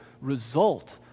result